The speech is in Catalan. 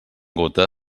gota